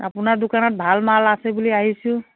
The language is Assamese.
আপোনাৰ দোকানত ভাল মাল আছে বুলি আহিছোঁ